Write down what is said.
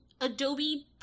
adobe